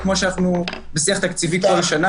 כמו שאנחנו בשיח תקציבי כל שנה,